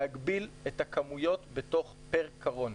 להגביל את הכמויות פר קרון.